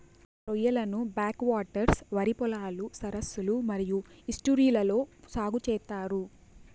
రొయ్యలను back waters, వరి పొలాలు, సరస్సులు మరియు ఈస్ట్యూరీలలో సాగు చేత్తారు